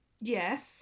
Yes